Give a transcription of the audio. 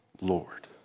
Lord